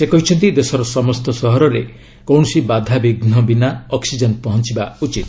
ସେ କହିଛନ୍ତି ଦେଶର ସମସ୍ତ ସହରରେ କୌଣସି ବାଧାବିଘ୍ନ ବିନା ଅକ୍ଟିଜେନ୍ ପହଞ୍ଚିବା ଉଚିତ